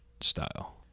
style